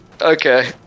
Okay